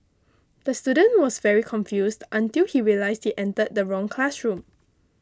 the student was very confused until he realised he entered the wrong classroom